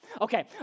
Okay